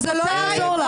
זה לא יעזור לך.